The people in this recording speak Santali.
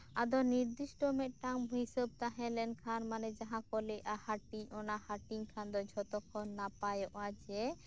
ᱟᱫᱚ ᱱᱤᱫᱤᱥᱴᱚ ᱢᱤᱫᱴᱟᱝ ᱦᱤᱥᱟᱹᱵᱽ ᱛᱟᱦᱮᱸᱞᱮᱱᱠᱷᱟᱱ ᱛᱟᱨᱢᱟᱱᱮ ᱡᱟᱦᱟᱸᱠᱚ ᱞᱟᱹᱭ ᱮᱫᱟ ᱦᱟᱹᱴᱤᱧ ᱚᱱᱟ ᱦᱟᱹᱴᱤᱧ ᱠᱷᱟᱱ ᱫᱚ ᱡᱷᱚᱛᱚ ᱠᱷᱚᱱ ᱱᱟᱯᱟᱭᱚᱜᱼᱟ ᱡᱮ